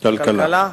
לוועדת הכלכלה.